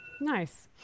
Nice